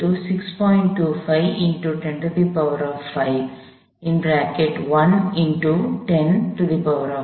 25x 105 1x 10 5 - 0 6